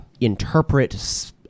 Interpret